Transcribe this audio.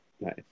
Nice